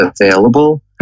available